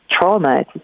trauma